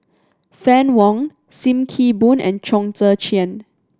Fann Wong Sim Kee Boon and Chong Tze Chien